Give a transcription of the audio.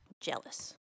jealous